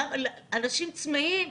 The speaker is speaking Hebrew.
אנשים צמאים,